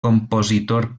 compositor